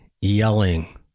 yelling